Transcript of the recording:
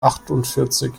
achtundvierzig